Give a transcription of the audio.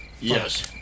Yes